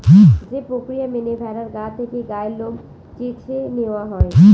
যে প্রক্রিয়া মেনে ভেড়ার গা থেকে গায়ের লোম চেঁছে নেওয়া হয়